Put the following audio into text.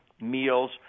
meals